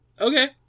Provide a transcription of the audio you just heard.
Okay